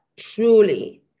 Truly